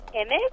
image